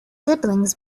siblings